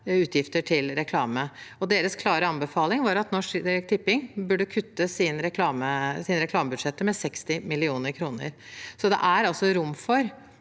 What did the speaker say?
utgifter til reklame. Deres klare anbefaling var at Norsk Tipping burde kutte sine reklamebudsjetter med 60 mill. kr, så det er altså rom for